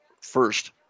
first